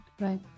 right